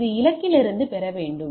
அது இலக்கிலிருந்து பெற வேண்டும்